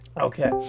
okay